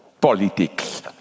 politics